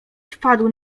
wpadł